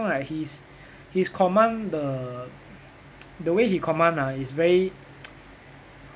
right his his command the the way he command ah is very